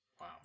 wow